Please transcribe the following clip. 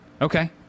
okay